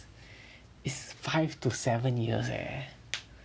is five to seven years eh